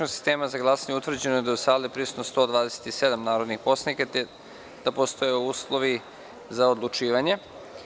sistema za glasanje utvrđeno da je u sali prisutno 127 narodnih poslanika, te da postoje uslovi za odlučivanje.